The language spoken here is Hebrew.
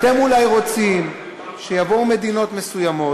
אתם אולי רוצים שיבואו מדינות מסוימות